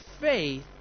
faith